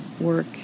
work